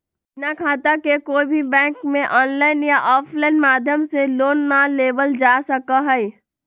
बिना खाता के कोई भी बैंक में आनलाइन या आफलाइन माध्यम से लोन ना लेबल जा सका हई